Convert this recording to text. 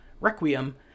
Requiem